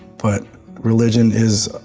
but religion is,